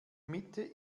mitte